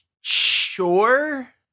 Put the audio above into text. sure